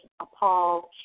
appalled